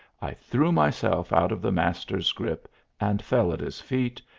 i threw myself out of the master's grip and fell at his feet,